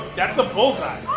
that's a bull's-eye